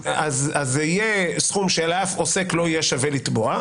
יהיה סכום שלאף עוסק לא יהיה שווה לתבוע,